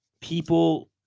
people